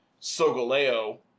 Sogaleo